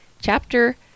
chapter